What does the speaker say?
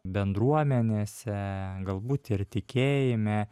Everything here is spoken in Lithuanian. bendruomenėse galbūt ir tikėjime